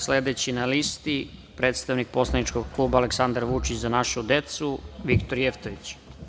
Sledeći na listi predstavnik poslaničkog kluba Aleksandar Vučić – Za našu decu, Viktor Jevtović.